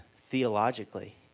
theologically